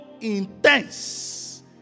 intense